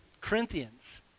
Corinthians